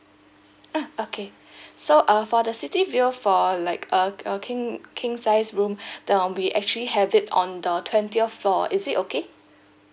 ah okay so uh for the city view for like a a king king size room um we actually have it on the twentieth floor is it okay